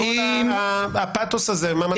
שכל הפאתוס הזה.